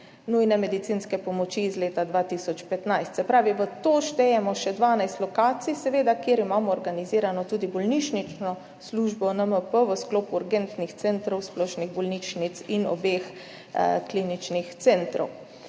nujne medicinske pomoči iz leta 2015. Se pravi, v to seveda štejemo še 12 lokacij, kjer imamo organizirano tudi bolnišnično službo NMP v sklopu urgentnih centrov splošnih bolnišnic in obeh kliničnih centrov.